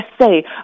say